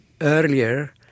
earlier